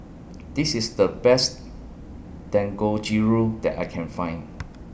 This IS The Best Dangojiru that I Can Find